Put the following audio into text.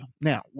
Now